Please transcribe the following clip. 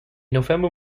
november